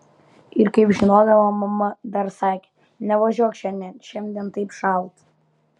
ir kaip žinodama mama dar sakė nevažiuok šiandien šiandien taip šalta